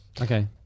Okay